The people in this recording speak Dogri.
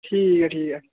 ठीक ऐ ठीक ऐ